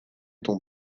ton